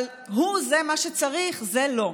אבל הוא מה שצריך, זה לא,